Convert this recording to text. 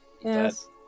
Yes